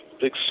big